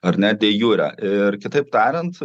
ar ne de jura ir kitaip tariant